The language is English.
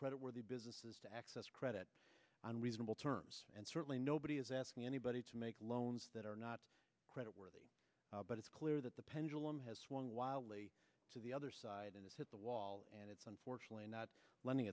credit worthy businesses to access credit on reasonable terms and certainly nobody is asking anybody to make loans that are not credit worthy but it's clear that the pendulum has swung wildly to the other side and it's hit the wall and it's unfortunately not lending